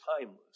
timeless